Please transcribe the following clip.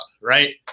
right